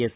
S